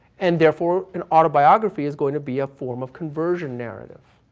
and therefore, an autobiography is going to be a form of conversion narrative.